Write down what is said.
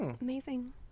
Amazing